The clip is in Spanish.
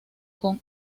con